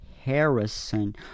Harrison